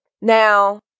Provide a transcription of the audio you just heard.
Now